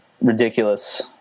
Ridiculous